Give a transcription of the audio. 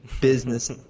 business